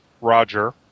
Roger